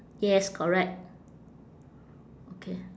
yes correct okay